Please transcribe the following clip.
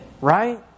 right